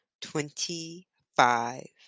twenty-five